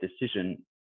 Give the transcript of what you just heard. decision